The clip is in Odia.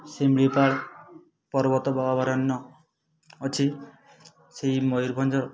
ଶିମିଳିପାଳ ପର୍ବତ ବା ଅଭୟାରଣ୍ୟ ଅଛି ସେଇ ମୟୂରଭଞ୍ଜ